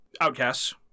outcasts